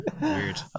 weird